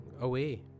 away